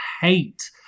hate